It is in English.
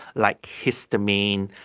like histamine,